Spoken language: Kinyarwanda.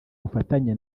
bufatanye